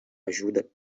ajuda